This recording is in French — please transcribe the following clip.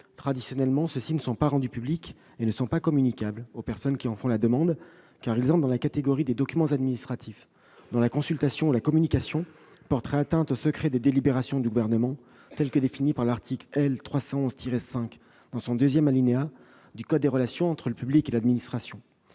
traditionnellement, ceux-ci ne sont pas rendus publics et ne sont pas communicables aux personnes qui en font la demande, car ils entrent dans la catégorie des documents administratifs dont la consultation et la communication porteraient atteinte au secret des délibérations du Gouvernement, tel que défini par le 2° de l'article L. 311-5 du code des relations entre le public et l'administration.